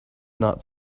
not